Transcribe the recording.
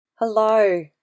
Hello